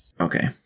Okay